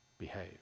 behave